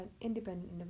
independent